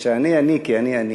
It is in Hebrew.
כשאני אני כי אני אני,